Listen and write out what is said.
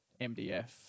MDF